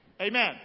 Amen